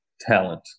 talent